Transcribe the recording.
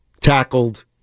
Tackled